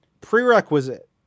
prerequisite